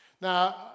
Now